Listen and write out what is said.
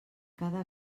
cada